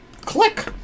Click